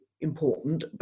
important